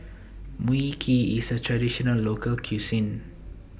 Mui Kee IS A Traditional Local Cuisine